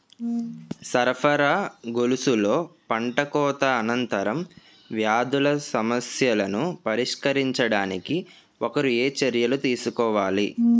సరఫరా గొలుసులో పంటకోత అనంతర వ్యాధుల సమస్యలను పరిష్కరించడానికి ఒకరు ఏ చర్యలు తీసుకోవాలి?